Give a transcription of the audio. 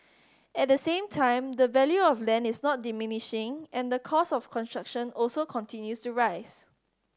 at the same time the value of land is not diminishing and the cost of construction also continues to rise